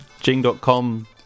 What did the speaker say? Jing.com